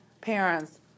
parents